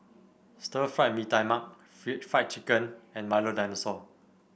Stir Fried Mee Tai Mak Fried Chicken and Milo Dinosaur